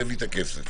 שיעשה זאת.